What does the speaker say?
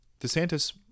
DeSantis